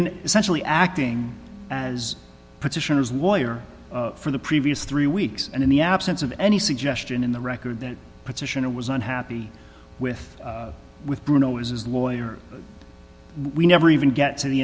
been essentially acting as petitioners lawyer for the previous three weeks and in the absence of any suggestion in the record that petitioner was unhappy with with bruno is his lawyer we never even get to the